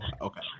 Okay